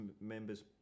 members